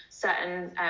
certain